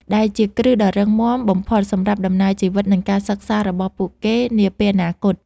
ដែលជាគ្រឹះដ៏រឹងមាំបំផុតសម្រាប់ដំណើរជីវិត និងការសិក្សារបស់ពួកគេនាពេលអនាគត។